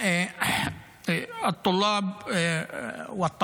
(אומר דברים בשפה